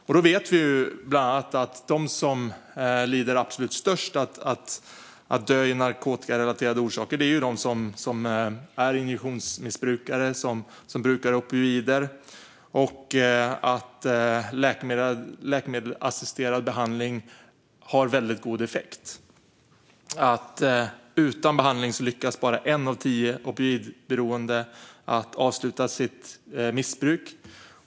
Vi vet bland annat att de som löper störst risk att dö av narkotikarelaterade orsaker är injektionsmissbrukare och de som brukar opioider. Där har läkemedelsassisterad behandling väldigt god effekt. Utan behandling lyckas bara en av tio opioidberoende avsluta sitt missbruk.